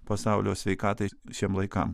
pasaulio sveikatai šiem laikam